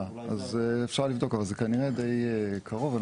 אם כך אז אפשר לבדוק, אבל זה כנראה דיי קרוב.